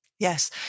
Yes